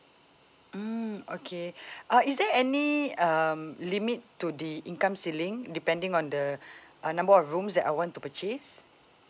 mm okay uh is there any um limit to the income ceiling depending on the uh number of rooms that I want to purchase